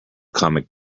comic